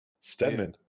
Stedman